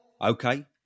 Okay